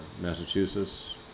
Massachusetts